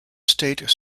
state